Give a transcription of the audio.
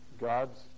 God's